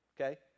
Okay